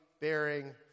bearing